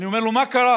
ואני אומר לו: מה קרה,